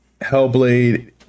Hellblade